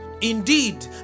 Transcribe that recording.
indeed